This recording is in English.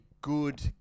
good